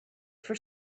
for